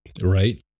Right